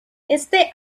este